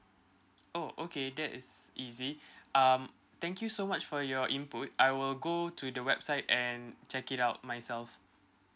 oh okay that is easy um thank you so much for your input I will go to the website and check it out myself